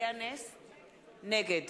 נגד